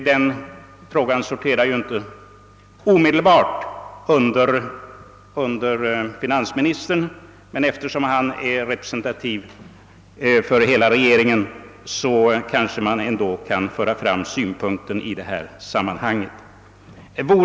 Den frågan sorterar ju inte omedelbart under finansministern, men eftersom han i hög grad är representativ för hela regeringen, kanske man ändå kan föra fram den synpunkten i det här sammanhanget.